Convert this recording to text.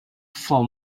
for